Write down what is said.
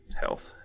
health